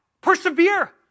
Persevere